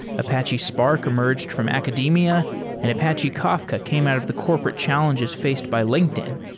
apache spark emerged from academia and apache kafka came out of the corporate challenges faced by linkedin.